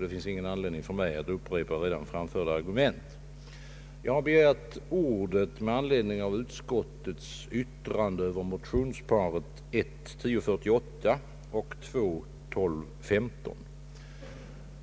Det finns ingen anledning för mig att upprepa redan framförda argument. Jag begärde ordet med anledning av utskottets yttrande över motionsparet 1: 1048 och II: 1215.